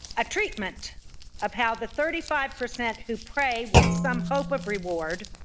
a treatment of how the thirty five percent who pray with some hope of reward,